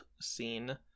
scene